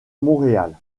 montréal